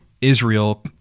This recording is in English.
Israel